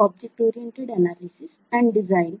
object oriented analysis and design